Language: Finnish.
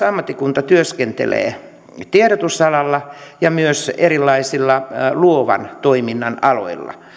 ammattikunta työskentelee tiedotusalalla ja myös erilaisilla luovan toiminnan aloilla